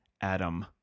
Adam